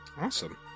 Awesome